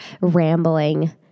rambling